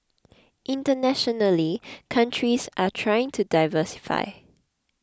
internationally countries are trying to diversify